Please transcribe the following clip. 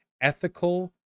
ethical